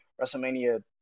WrestleMania